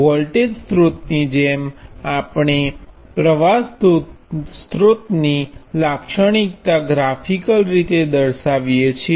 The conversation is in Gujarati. વોલ્ટેજ સ્ત્રોત ની જેમ આપણે પ્ર્વાહ સ્રોતની લાક્ષણિકતા ગ્રાફિકલ રીતે દર્શાવીએ છીએ